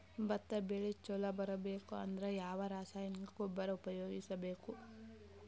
ಭತ್ತ ಬೆಳಿ ಚಲೋ ಬರಬೇಕು ಅಂದ್ರ ಯಾವ ರಾಸಾಯನಿಕ ಗೊಬ್ಬರ ಉಪಯೋಗಿಸ ಬೇಕು?